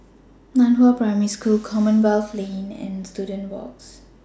NAN Hua Primary School Commonwealth Lane and Students Walk